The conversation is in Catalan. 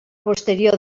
posterior